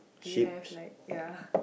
do you have like ya